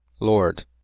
lord